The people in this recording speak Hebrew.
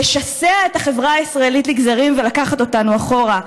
לשסע את החברה הישראלית לגזרים ולקחת אותנו אחורה.